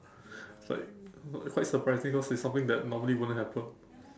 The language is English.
it's like quite surprising because it's something that like normally wouldn't happen